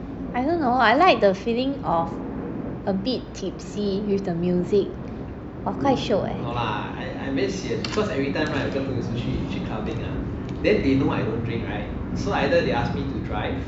I don't know I like the feeling of a bit tipsy with the music !wah! quite shiok eh